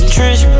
Trench